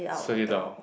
sweat it out